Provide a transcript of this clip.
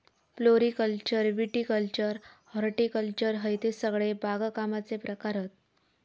floriculture viticulture horticulture हयते सगळे बागकामाचे प्रकार हत